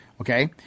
Okay